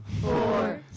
four